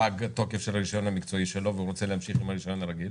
פג תוקף הרישיון המקצועי שלו והוא רוצה להמשיך עם הרישיון הרגיל?